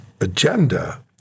agenda